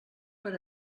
per